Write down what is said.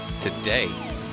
today